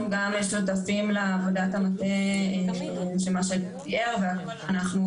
אנחנו גם שותפים לעבודת המטה של מה שתיארו כאן,